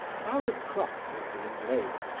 while the cloth was being laid,